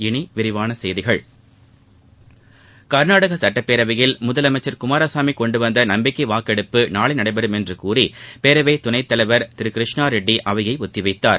இனி விரிவான செய்திகள் கர்நாடக சுட்டப்பேரவையில் முதலமைச்சர் குமாரசாமி கொண்டு வந்த நம்பிக்கை வாக்கெடுப்பு நாளை நடைபெறும் என்று கூறி பேரவைத் துணைத் தலைவர் திரு கிருஷ்ணா ரெட்டி அவையை ஒத்திவைத்தார்